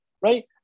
right